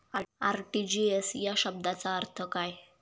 RTGS या शब्दाचा अर्थ काय?